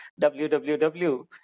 www